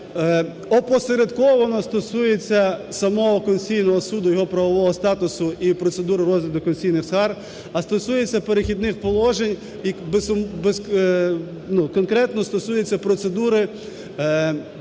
Ради", опосередковано стосується самого Конституційного Суду, його правового статусу і процедури розгляду конституційних скарг,а стосується "Перехідних положень" і конкретно стосується процедури